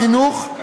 החינוך,